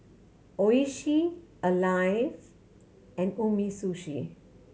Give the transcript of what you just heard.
Oishi Alive and Umisushi